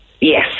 Yes